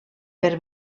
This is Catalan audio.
per